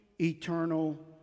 eternal